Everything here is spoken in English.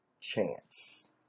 chance